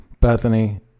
Bethany